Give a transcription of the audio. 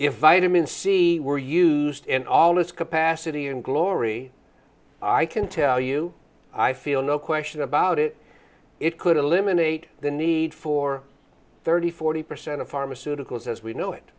if vitamin c were used in all its capacity and glory i can tell you i feel no question about it it could eliminate the need for thirty forty percent of pharmaceuticals as we know it